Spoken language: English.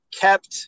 kept